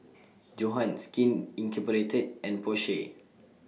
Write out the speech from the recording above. Johan Skin Incorporated and Porsche